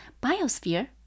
biosphere